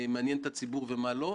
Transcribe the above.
אם יש מסקנות אישיות.